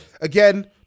again